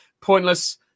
pointless